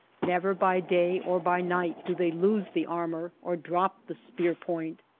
never by day or by night do they loose the armor or drop the spear point.